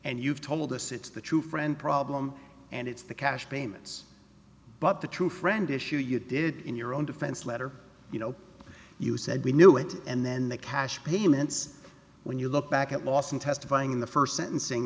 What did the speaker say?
and you've told us it's the true friend problem and it's the cash payments but the true friend issue you did in your own defense letter you know you said we knew it and then the cash payments when you look back at lawson testifying in the first sentencing